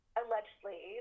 allegedly